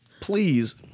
please